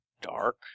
dark